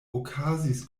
okazis